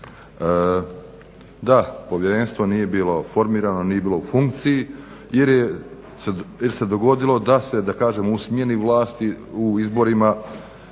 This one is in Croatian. Da, povjerenstvo nije bilo formirano, nije bilo u funkciji jer se dogodilo da se u smjeni vlasti, u izborima